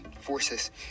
forces